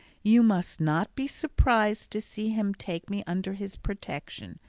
you must not be surprised to see him take me under his protection,